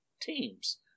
teams